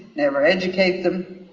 never educate them,